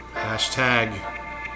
Hashtag